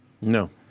No